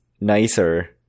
nicer